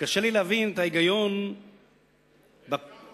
קשה לי להבין את ההיגיון קח אותה.